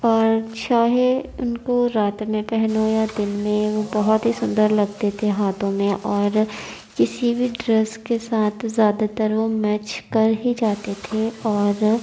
اور چاہے اُن کو رات میں پہنو یا دِن میں وہ بہت ہی سُندر لگتے تھے ہاتھوں میں اور کسی بھی ڈریس کے ساتھ زیادہ تر وہ میچ کر ہی جاتے تھے اور